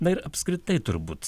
na ir apskritai turbūt